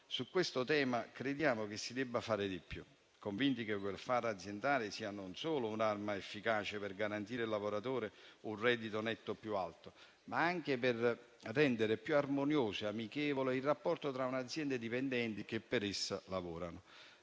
Su questo tema crediamo che si debba fare di più, convinti che il *welfare* aziendale sia non solo un'arma efficace per garantire al lavoratore un reddito netto più alto, ma anche per rendere più armonioso e amichevole il rapporto tra un'azienda e i dipendenti che per essa lavorano.